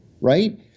Right